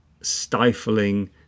stifling